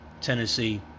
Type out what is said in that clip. Tennessee